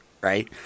right